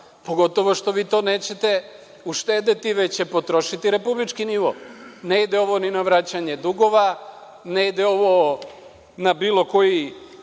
pogotovo što vi to nećete uštedeti, već će potrošiti republički nivo. Ne ide ovo ni na vraćanje dugova, ne ide ovo na bilo koji